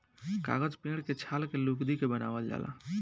कागज पेड़ के छाल के लुगदी के बनावल जाला